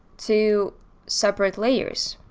to separate layers,